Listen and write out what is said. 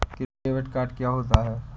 Debit card क्या होता है?